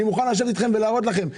אני מוכן לשבת אתכם ולהראות לכם.